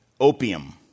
opium